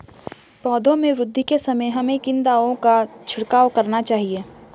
पौधों में वृद्धि के समय हमें किन दावों का छिड़काव करना चाहिए?